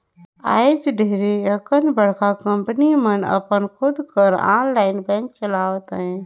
आएज ढेरे अकन बड़का कंपनी मन अपन खुद कर आनलाईन बेंक चलावत अहें